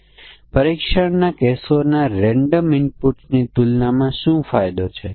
જો આપણે તેને કોડમાં ભાષાંતર કરીએ તો આપણે દેખીતી રીતે કહીશું સરહદ પર સમાન સમસ્યાઓ છે